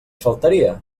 faltaria